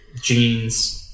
jeans